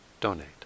donate